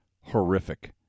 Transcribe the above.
horrific